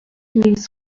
لیز